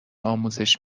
آموزش